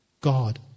God